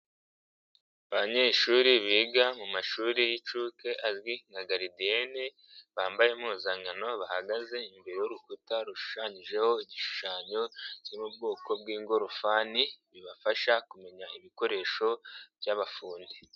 Abanyeshuri biga mu mashuri y'incuke azwi nka garidiyene bambaye impuzankan bahagaze imbere y'urukuta rushushanyijeho igishushanyo kiri mu bwoko bw'ingorofani bibafasha kumenya ibikoresho by'abafundi.